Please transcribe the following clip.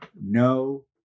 no